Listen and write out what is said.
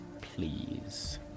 please